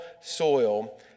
soil